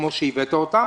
כפי שהבאת לכאן,